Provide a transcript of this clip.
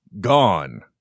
Gone